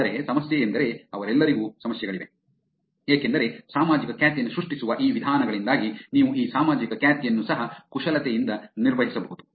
ಆದರೆ ಸಮಸ್ಯೆಯೆಂದರೆ ಅವರೆಲ್ಲರಿಗೂ ಸಮಸ್ಯೆಗಳಿವೆ ಏಕೆಂದರೆ ಸಾಮಾಜಿಕ ಖ್ಯಾತಿಯನ್ನು ಸೃಷ್ಟಿಸುವ ಈ ವಿಧಾನಗಳಿಂದಾಗಿ ನೀವು ಈ ಸಾಮಾಜಿಕ ಖ್ಯಾತಿಯನ್ನು ಸಹ ಕುಶಲತೆಯಿಂದ ನಿರ್ವಹಿಸಬಹುದು